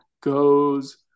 goes